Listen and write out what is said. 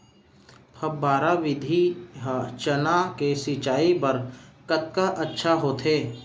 फव्वारा विधि ह चना के सिंचाई बर कतका अच्छा होथे?